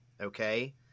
okay